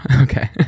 Okay